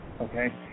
okay